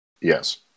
Yes